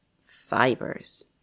fibers